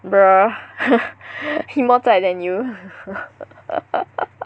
bruh he more zai than you